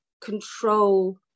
control